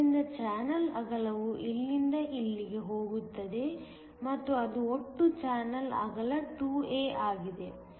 ಆದ್ದರಿಂದ ಚಾನಲ್ ಅಗಲವು ಇಲ್ಲಿಂದ ಇಲ್ಲಿಗೆ ಹೋಗುತ್ತದೆ ಮತ್ತು ಅದು ಒಟ್ಟು ಚಾನಲ್ ಅಗಲ 2 a ಆಗಿದೆ